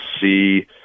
see